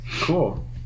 Cool